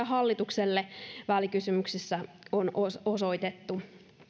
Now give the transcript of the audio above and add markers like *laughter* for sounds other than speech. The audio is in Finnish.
*unintelligible* hallitukselle välikysymyksessä osoitettu *unintelligible*